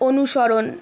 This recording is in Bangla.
অনুসরণ